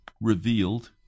revealed